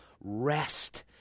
rest